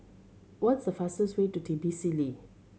what's the fastest way to Tbilisily